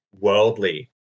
worldly